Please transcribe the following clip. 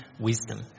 wisdom